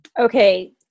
Okay